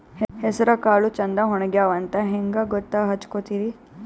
ಹೆಸರಕಾಳು ಛಂದ ಒಣಗ್ಯಾವಂತ ಹಂಗ ಗೂತ್ತ ಹಚಗೊತಿರಿ?